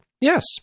yes